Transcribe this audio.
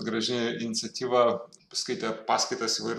graži iniciatyva skaitė paskaitas įvairūs